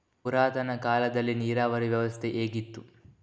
ಪುರಾತನ ಕಾಲದಲ್ಲಿ ನೀರಾವರಿ ವ್ಯವಸ್ಥೆ ಹೇಗಿತ್ತು?